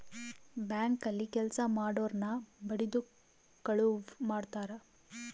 bank ಅಲ್ಲಿ ಕೆಲ್ಸ ಮಾಡೊರ್ನ ಬಡಿದು ಕಳುವ್ ಮಾಡ್ತಾರ